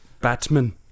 Batman